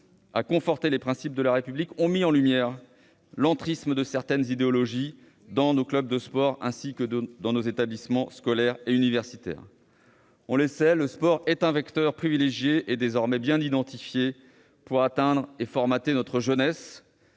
le respect des principes de la République ont mis en lumière l'entrisme de certaines idéologies dans nos clubs de sport ainsi que dans nos établissements scolaires et universitaires. Nous le savons : le sport est un vecteur privilégié, et désormais bien identifié, pour atteindre et formater notre jeunesse.